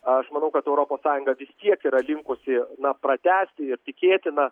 aš manau kad europos sąjunga vis tiek yra linkusi na pratęsti ir tikėtina